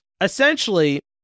essentially